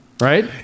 right